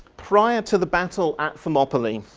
prior to the battle at thermopylae,